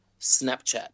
Snapchat